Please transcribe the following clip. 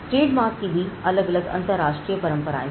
trademark की भी अलग अलग अंतरराष्ट्रीय परंपराएं हैं